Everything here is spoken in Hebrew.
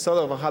משרד הרווחה,